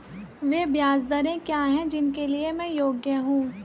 वे ब्याज दरें क्या हैं जिनके लिए मैं योग्य हूँ?